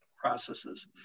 processes